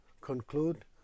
conclude